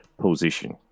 position